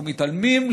אנחנו מתעלמים,